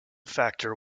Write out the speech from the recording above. factor